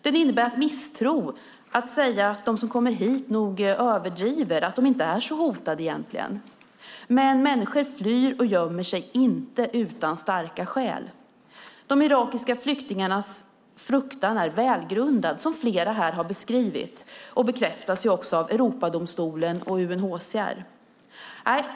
Den innebär misstro när man säger att de som kommer hit nog överdriver och att de egentligen inte är så hotade. Men människor flyr och gömmer sig inte utan starka skäl. De irakiska flyktingarnas fruktan är välgrundad, som flera här har beskrivit, och det bekräftas också av Europadomstolen och UNHCR.